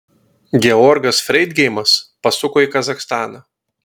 georgas freidgeimas pasuko į kazachstaną